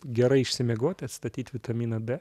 gerai išsimiegoti atstatyt vitaminą d